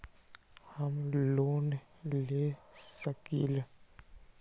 हम लोन ले सकील?